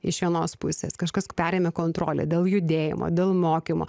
iš vienos pusės kažkas perėmė kontrolę dėl judėjimo dėl mokymo